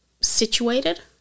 situated